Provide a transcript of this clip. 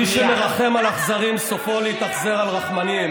מי שמרחם על אכזרים סופו להתאכזר על רחמנים.